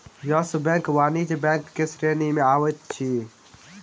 yes Bank वाणिज्य bank के श्रेणी में अबैत अछि